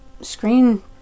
screen